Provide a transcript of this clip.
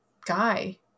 guy